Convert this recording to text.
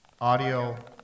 audio